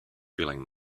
feeling